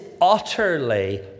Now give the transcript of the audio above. utterly